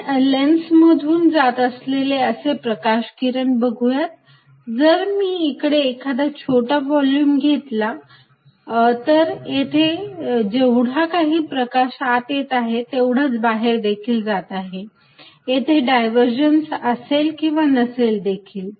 आपण लेन्स मधून जात असलेले असे प्रकाश किरण बघुयात जर मी ईकडे एखादा छोटा व्हॉल्युम घेतला तर येथे जेवढा काही प्रकाश आत येत आहे तेवढाच बाहेर देखील जात आहे येथे डायव्हरजन्स असेल किंवा नसेल देखील